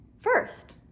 first